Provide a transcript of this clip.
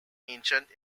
ancient